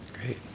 Great